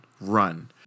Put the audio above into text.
run